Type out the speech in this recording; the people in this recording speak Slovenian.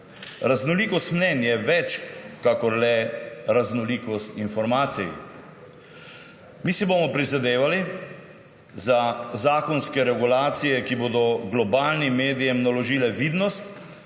Raznolikost mnenj je več kakor le raznolikost informacij. Mi si bomo prizadevali za zakonske regulacije, ki bodo globalnim medijem naložile vidnost